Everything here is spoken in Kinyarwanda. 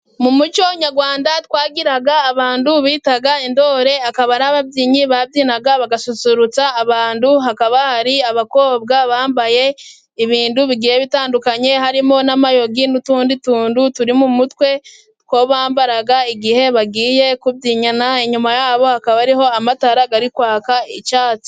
Mu muco nyarwanda twagiraga abantu bitaga intore, akaba ari ababyinnyi babyinaga bagasusurutsa abantu, hakaba hari abakobwa bambaye ibintu bigiye bitandukanye, harimo n'amayugi n'utundi tuntu turi mu mutwe two bambaraga igihe bagiye kubyina, inyuma yabo hakaba hariho amatara ari kwaka icyatsi.